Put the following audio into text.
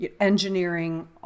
engineering